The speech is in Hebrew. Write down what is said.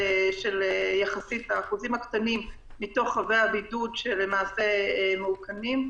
יחסית האחוזים הקטנים מתוך חבי הבידוד שלמעשה מעודכנים,